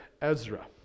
Ezra